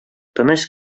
тыныч